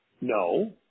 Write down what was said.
no